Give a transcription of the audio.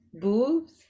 boobs